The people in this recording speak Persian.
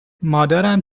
مادرم